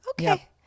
Okay